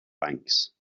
banks